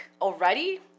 already